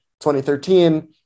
2013